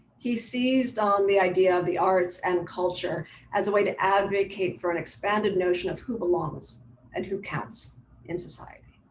he seized on the idea of the arts and culture as a way to advocate for an expanded notion of who belongs and who counts in society.